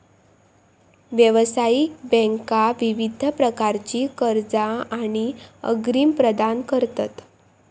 व्यावसायिक बँका विविध प्रकारची कर्जा आणि अग्रिम प्रदान करतत